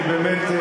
אני באמת,